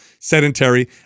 Sedentary